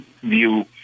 view